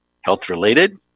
health-related